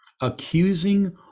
accusing